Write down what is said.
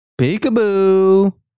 Peekaboo